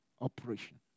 operation